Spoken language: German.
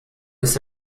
ist